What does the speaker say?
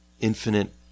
infinite